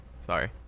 sorry